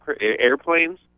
airplanes